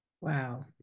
wow